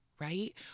right